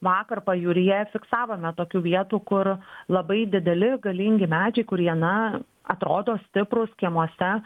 vakar pajūryje fiksavome tokių vietų kur labai dideli galingi medžiai kurie na atrodo stiprūs kiemuose